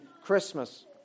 Christmas